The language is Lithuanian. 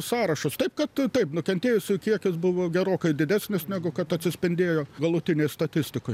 sąrašus taip kad tu taip nukentėjusių kiekis buvo gerokai didesnis negu kad atsispindėjo galutinėj statistikoj